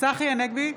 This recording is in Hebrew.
צחי הנגבי,